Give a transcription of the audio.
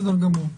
אנחנו